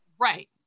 Right